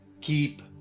keep